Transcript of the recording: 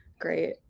great